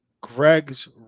Greg's